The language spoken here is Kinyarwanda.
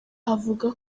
avuga